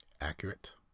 Accurate